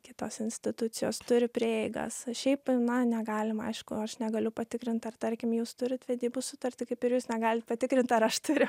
kitos institucijos turi prieigą šiaip na negalima aišku aš negaliu patikrint ar tarkim jūs turit vedybų sutartį kaip ir jis negalit patikrint ar aš turiu